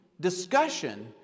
discussion